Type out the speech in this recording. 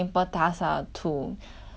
like 去养一个 pet 你知道吗